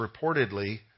reportedly